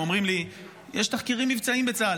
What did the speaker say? אומרים לי: יש תחקירים מבצעיים בצה"ל.